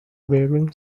bering